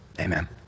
Amen